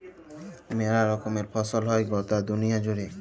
মেলা রকমের ফসল হ্যয় গটা দুলিয়া জুড়ে